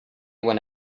when